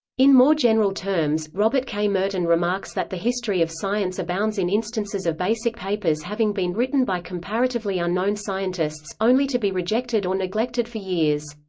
in more general terms, robert k. merton remarks that the history of science abounds in instances of basic papers having been written by comparatively unknown scientists, only to be rejected or neglected for years.